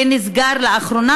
והוא נסגר לאחרונה,